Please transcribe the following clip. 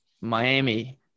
Miami